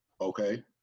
Okay